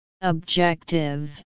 Objective